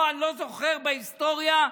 אני לא זוכר בהיסטוריה,